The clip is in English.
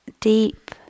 deep